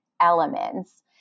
elements